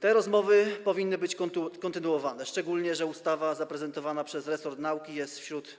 Te rozmowy powinny być kontynuowane, szczególnie że ustawa zaprezentowana przez resort nauki jest wśród